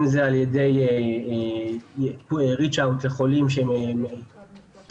אם זה על ידי reach out לחולים שמוגדרים